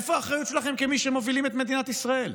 איפה האחריות שלכם כמי שמובילים את מדינת ישראל?